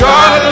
God